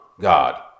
God